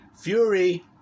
Fury